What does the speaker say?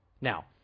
Now